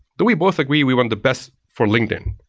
do we both agree we want the best for linkedin?